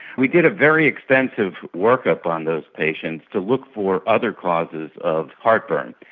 we did a very expensive workup on those patients to look for other causes of heartburn.